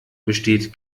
besteht